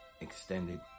extended